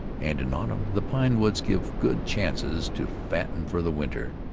and in autumn the pine woods gave good chances to fatten for the winter.